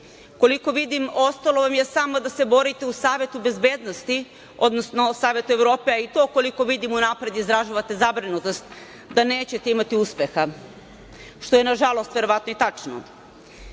koliko vidim, ostalo vam je samo da se borite u Savetu bezbednosti, odnosno Savetu Evrope a i to koliko vidim, unapred izražavate zabrinutost da nećete imati uspeha, što je nažalost verovatno i tačno.U